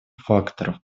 факторов